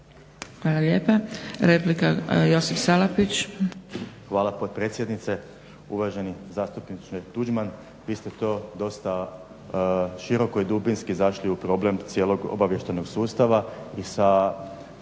Salapić. **Salapić, Josip (HDSSB)** Hvala potpredsjednice, uvaženi zastupniče Tuđman. Vi ste to dosta široko i dubinski zašli u problem cijelog obavještajnog sustava i sa